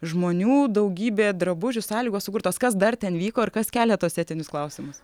žmonių daugybė drabužių sąlygos sukurtos kas dar ten vyko ir kas kelia tuos etinius klausimus